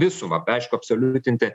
visumą aišku absoliutinti